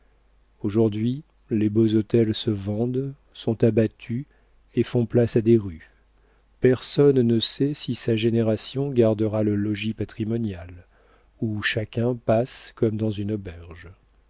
aujourd'hui les beaux hôtels se vendent sont abattus et font place à des rues personne ne sait si sa génération gardera le logis patrimonial où chacun passe comme dans une auberge